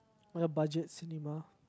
like a budget cinema